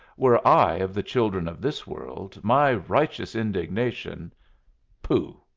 were i of the children of this world, my righteous indignation pooh!